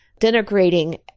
denigrating